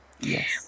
Yes